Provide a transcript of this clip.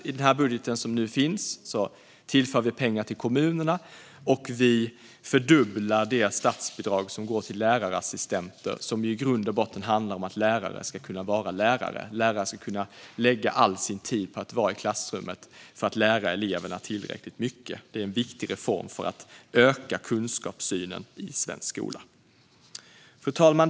I den budget som vi nu debatterar tillför vi pengar till kommunerna, och vi fördubblar det statsbidrag som går till lärarassistenter. I grunden handlar det om att lärare ska kunna vara just lärare och lägga all sin tid på att vara i klassrummet för att lära eleverna tillräckligt mycket. Det är en viktig reform för att stärka kunskapssynen i svensk skola. Fru talman!